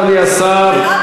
אדוני השר.